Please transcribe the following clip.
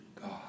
God